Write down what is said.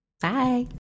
Bye